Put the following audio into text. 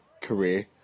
career